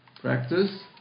Practice